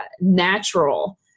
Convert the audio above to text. natural